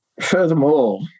Furthermore